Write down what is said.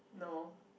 no